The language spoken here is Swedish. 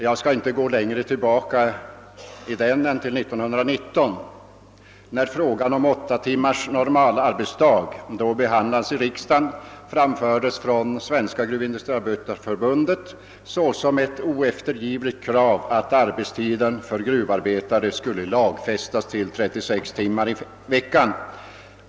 När frågan om åtta timmars normalarbetsdag år 1919 behandlades i riksdagen, framfördes från Svenska gruvindustriarbetareförbundet såsom ett oeftergivligt krav, att arbetstiden för gruvarbetare skulle lagfästas till 36 timmar i veckan.